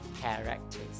characters